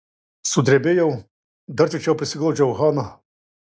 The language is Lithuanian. sudrebėjau dar tvirčiau prisiglaudžiau haną